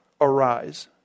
arise